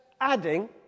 adding